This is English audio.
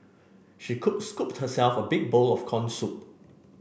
she cook scooped herself a big bowl of corn soup